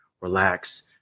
Relax